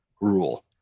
rule